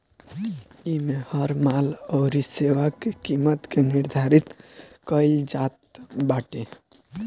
इमे हर माल अउरी सेवा के किमत के निर्धारित कईल जात बाटे